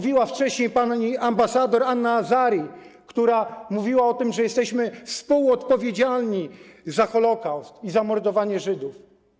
Wcześniej pani ambasador Anna Azari mówiła o tym, że jesteśmy współodpowiedzialni za Holokaust i za mordowanie Żydów.